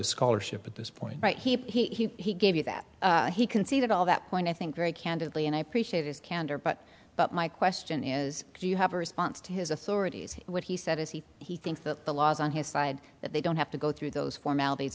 a scholarship at this point right he gave you that he can see that all that point i think very candidly and i appreciate his candor but but my question is do you have a response to his authorities what he said is he he thinks that the law is on his side that they don't have to go through those formalities